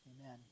Amen